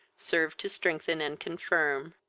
served to strengthen and confirm.